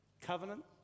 Covenant